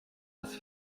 das